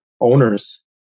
owners